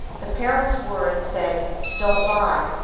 the parent's words say don't lie,